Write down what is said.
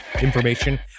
information